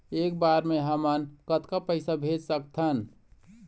एक बर मे हमन कतका पैसा भेज सकत हन?